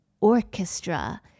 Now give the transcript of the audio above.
orchestra